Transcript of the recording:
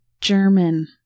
German